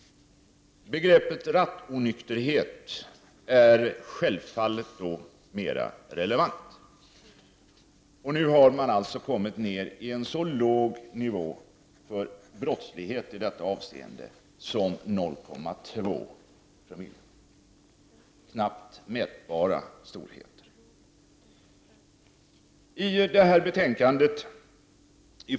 Begreppet rattonykterhet är då självfallet mera relevant. Man har nu kommit ned till en så låg gränsnivå för brottslighet i detta avseende som 0,2 Jo. Det rör sig om knappt mätbara storheter.